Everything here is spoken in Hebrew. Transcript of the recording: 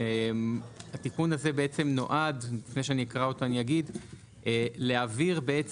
אגיד שהוא נועד להעביר את